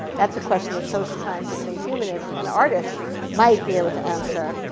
that's a question that social scientists, and humanists, and artists might be able to answer.